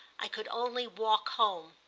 i could only walk home.